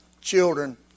children